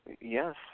Yes